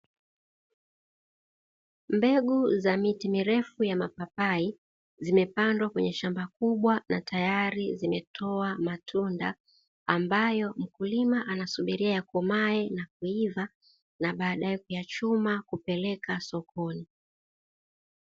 Mbegu za miti mirefu ya mapapai zimepandwa kwenye shamba kubwa na tayari zimetoa matunda, ambayo mkulima anasubiria yakomae na kuiva na baadae kuyachuma kupeleka sokoni.